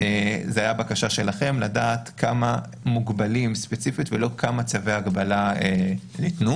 זו הייתה בקשה שלכם לדעת כמה מוגבלים ספציפית ולא כמה צווי הגבלה ניתנו.